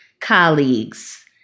colleagues